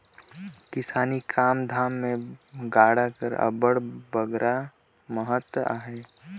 किसानी काम धाम मे गाड़ा कर अब्बड़ बगरा महत अहे